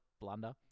blunder